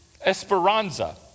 esperanza